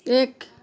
एक